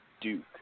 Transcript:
Duke